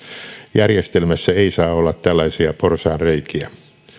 järjestelmässä ei saa olla tällaisia porsaanreikiä